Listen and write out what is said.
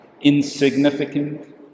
insignificant